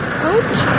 coach